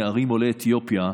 נערים עולי אתיופיה,